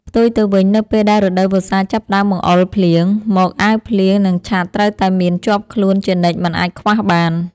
ផ្ទុយទៅវិញនៅពេលដែលរដូវវស្សាចាប់ផ្តើមបង្អុរភ្លៀងមកអាវភ្លៀងនិងឆ័ត្រត្រូវតែមានជាប់ខ្លួនជានិច្ចមិនអាចខ្វះបាន។